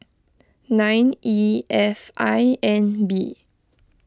nine E F I N B